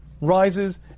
rises